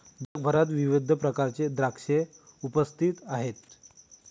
जगभरात विविध प्रकारचे द्राक्षे उपस्थित आहेत